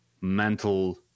mental